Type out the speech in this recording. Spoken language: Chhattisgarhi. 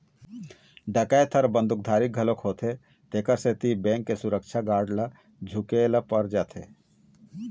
डकैत ह बंदूकधारी घलोक होथे तेखर सेती बेंक के सुरक्छा गार्ड ल झूके ल पर जाथे